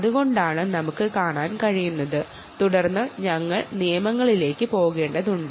അതുകൊണ്ടാണ് നമുക്ക് ഇത് കാണാൻ കഴിയുന്നത് തുടർന്ന് ഞങ്ങൾ റൂളുകളിലേക്ക് പോകേണ്ടതുണ്ട്